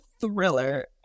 Thriller